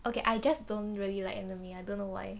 okay I just don't really like anime I don't know why